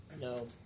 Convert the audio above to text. No